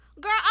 Girl